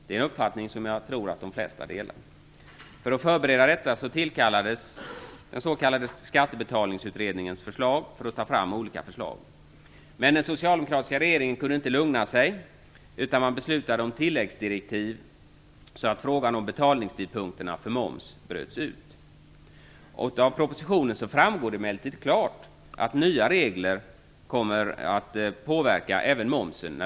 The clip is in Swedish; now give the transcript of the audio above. Denna uppfattning tror jag att de flesta delar. För att förbereda detta tillkallades den s.k. skattebetalningsutredningen för att ta fram olika förslag. Men den socialdemokratiska regeringen kunde inte lugna sig, utan beslutade om tilläggsdirektiv så att frågan om betalningstidpunkterna för moms bröts ut. Av propositionen framgår det emellertid klart att de nya reglerna även kommer att påverka momsen.